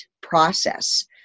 process